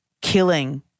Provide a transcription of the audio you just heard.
killing